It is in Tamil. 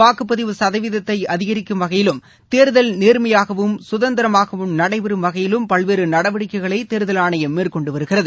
வாக்குப்பதிவு சுதவீதத்தை அதிகரிக்கும் வகையிலும் தேர்தல் நேர்மையாகவும் சுதந்திரமாகவும் நடைபெறும் வகையிலும் பல்வேறு நடவடிக்கைகளை தேர்தல் ஆணையம் மேற்கொண்டு வருகிறது